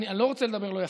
אני לא רוצה לדבר לא יפה,